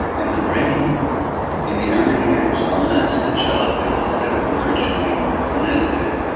and the brain in the early years, unless the child has a set of nurturing, connected,